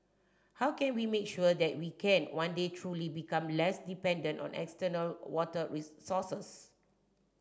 how can we make sure that we can one day truly become less dependent on external water resources